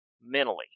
mentally